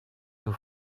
you